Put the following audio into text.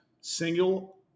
single